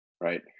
right